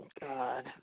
God